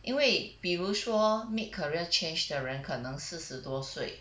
因为比如说 mid career change 的人可能四十多岁